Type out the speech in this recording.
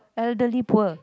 elderly poor